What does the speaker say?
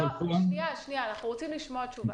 שנייה, אנחנו רוצים לשמוע תשובה.